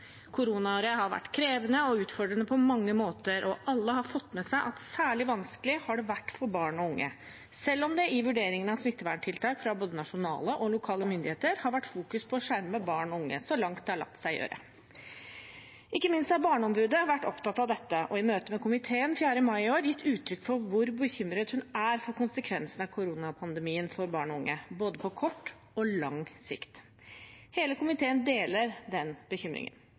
Koronaåret har vært krevende og utfordrende på mange måter, og alle har fått med seg at særlig vanskelig har det vært for barn og unge, selv om det i vurderingene av smitteverntiltak fra både nasjonale og lokale myndigheter har vært fokusert på å skjerme barn og unge så langt det har latt seg gjøre. Ikke minst har barneombudet vært opptatt av dette og i møte med komiteen 4. mai i år gitt utrykk for hvor bekymret hun er for konsekvensene av koronapandemien for barn og unge, både på kort og på lang sikt. Hele komiteen deler den bekymringen.